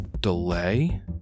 delay